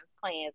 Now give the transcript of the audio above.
plans